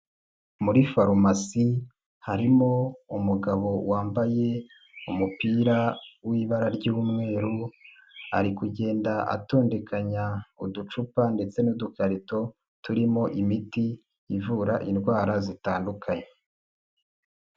Muri farumasi, harimo umugabo wambaye umupira w'ibara ry'umweru, ari kugenda atondekanya uducupa ndetse n'udukarito turimo imiti ivura indwara zitandukanye.